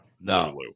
no